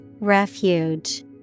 Refuge